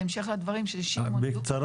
בהמשך לדברים של שמעון?